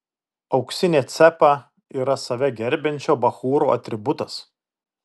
auksinė cepa yra save gerbiančio bachūro atributas